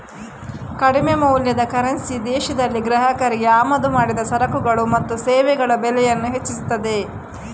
ಕಡಿಮೆ ಮೌಲ್ಯದ ಕರೆನ್ಸಿ ದೇಶದಲ್ಲಿ ಗ್ರಾಹಕರಿಗೆ ಆಮದು ಮಾಡಿದ ಸರಕುಗಳು ಮತ್ತು ಸೇವೆಗಳ ಬೆಲೆಯನ್ನ ಹೆಚ್ಚಿಸ್ತದೆ